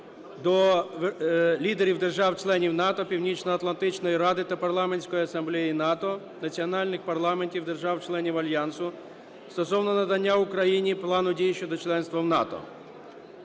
до лідерів держав-членів НАТО, Північноатлантичної ради та Парламентської Асамблеї НАТО, національних парламентів держав-членів Альянсу "Стосовно надання Україною Плану дій щодо членства в НАТО".